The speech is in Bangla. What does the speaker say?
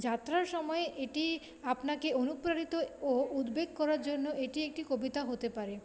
যাত্রার সময় এটি আপনাকে অনুপ্রাণিত ও উদ্বেগ করার জন্য এটি একটি কবিতা হতে পারে